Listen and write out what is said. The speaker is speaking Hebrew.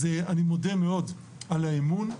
אז אני מודה מאוד על האמון.